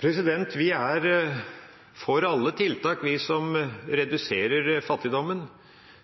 Vi er for alle tiltak som reduserer fattigdommen.